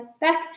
back